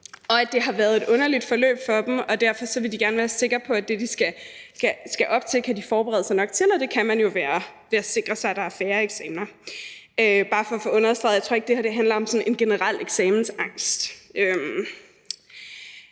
og at det har været et underligt forløb for dem og de derfor gerne vil være sikre på, at de kan forberede sig nok til det, de skal op i. Og det kan man jo ved at sikre, at der er færre eksamener. Det er bare for at få understreget, at jeg ikke tror, det her handler om en generel eksamensangst.